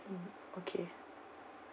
mm okay